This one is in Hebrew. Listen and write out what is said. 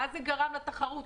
מה זה גרם לתחרות,